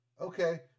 okay